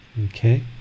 Okay